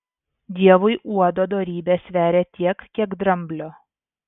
dievui uodo dorybė sveria tiek kiek dramblio